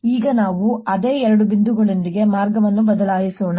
ಈಗ ನಾವು ಅದೇ ಎರಡು ಬಿಂದುಗಳೊಂದಿಗೆ ಮಾರ್ಗವನ್ನು ಬದಲಾಯಿಸೋಣ